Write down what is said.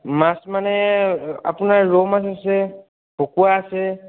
মাছ মানে আপোনাৰ ৰৌ মাছ আছে ভকুৱা আছে